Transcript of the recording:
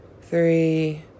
three